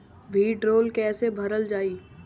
भीडरौल कैसे भरल जाइ?